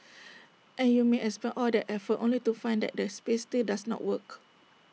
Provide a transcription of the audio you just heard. and you may expend all that effort only to find that the space still does not work